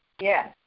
Yes